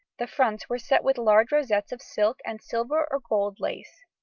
the fronts were set with large rosettes of silk and silver or gold lace,